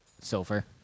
silver